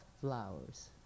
flowers